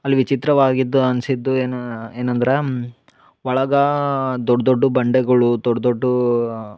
ಅಲ್ಲಿ ವಿಚಿತ್ರವಾಗಿದ್ದು ಅನ್ಸಿದ್ದು ಏನು ಏನು ಅಂದ್ರೆ ಒಳಗ ದೊಡ್ಡ ದೊಡ್ಡು ಬಂಡೆಗಳು ದೊಡ್ಡ ದೊಡ್ಡು